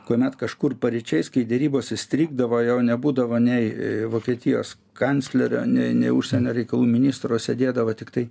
kuomet kažkur paryčiais kai derybos įstrigdavo jau nebūdavo nei vokietijos kanclerio nei nei užsienio reikalų ministro sėdėdavo tiktai